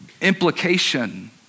Implication